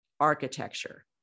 architecture